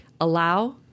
allow